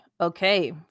Okay